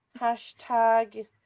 hashtag